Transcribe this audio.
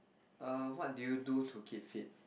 err what do you do to keep fit